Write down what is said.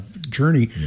journey